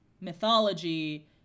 mythology